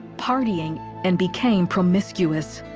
partying, and became permiscuous.